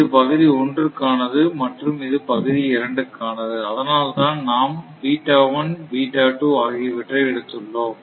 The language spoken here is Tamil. இது பகுதி 1 கானது மற்றும் இது பகுதி 2 கானது அதனால்தான் நாம்ஆகியவற்றை எடுத்துள்ளோம்